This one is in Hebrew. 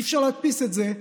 אי-אפשר להדפיס את זה,